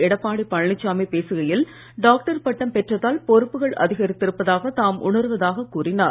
எடப்பாடி பழனிசாமி பேசுகையில் டாக்டர் பட்டம் பெற்றதால் பொறுப்புகள் அதிகரித்து இருப்பதாக தாம் உணர்வதாகக் கூறினார்